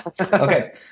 Okay